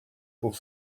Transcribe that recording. pour